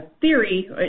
theory